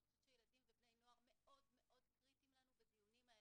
אני חושבת שילדים ובני נוער מאוד קריטיים לנו בדיונים האלה.